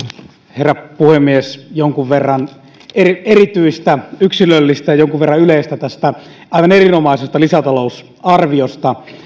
herra puhemies jonkun verran erityistä yksilöllistä ja jonkun verran yleistä tästä aivan erinomaisesta lisätalousarviosta